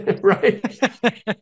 right